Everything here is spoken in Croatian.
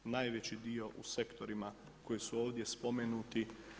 Najveći dio u sektorima koji su ovdje spomenuti.